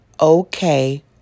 okay